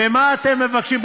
ומה אתם מבקשים?